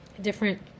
different